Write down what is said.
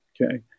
okay